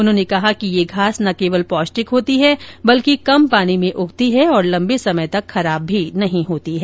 उन्होंने कहा कि यह घास न केवल पौष्टिक होती है बल्कि कम पानी में उगती है और लंबे समय तक खराब भी नहीं होती है